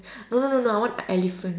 no no no no I want a elephant